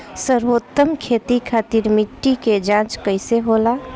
सर्वोत्तम खेती खातिर मिट्टी के जाँच कईसे होला?